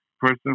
person